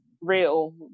real